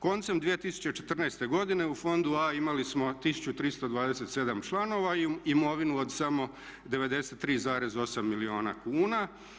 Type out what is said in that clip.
Koncem 2014. godine u fondu A imali smo 1327 članova i imovinu od samo 93,8 milijuna kuna.